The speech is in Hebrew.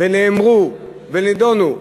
ונאמרו ונדונו.